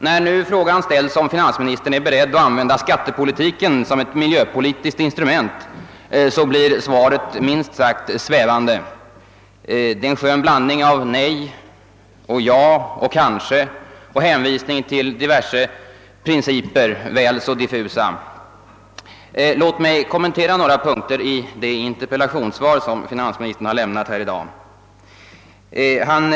När nu frågan ställts, om finansministern är beredd att använda skattepolitiken som ett miljöpolitiskt instrument, har svaret blivit minst sagt svävande. Det är en skön blandning av nej och ja och kanske samt hänvisningar till diverse principer, väl så diffusa. Låt mig kommentera några punkter i det av finansministern lämnade interpellationssvaret.